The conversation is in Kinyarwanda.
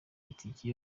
itike